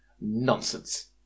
nonsense